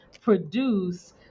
produce